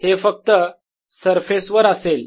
हे फक्त सरफेस वर असेल